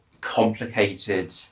complicated